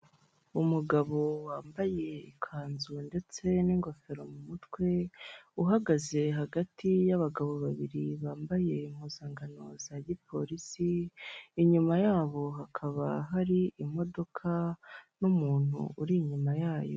Umugabo wambaye ikanzu ndetse n'ingofero m'umutwe, uhagaze hagati y'abagabo babiri bambaye impuzangano za gipolisi, inyuma y'abo hakaba hari imodoka n'umuntu uri inyuma yayo.